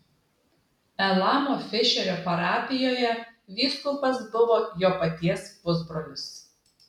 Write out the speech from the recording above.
elamo fišerio parapijoje vyskupas buvo jo paties pusbrolis